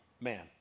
man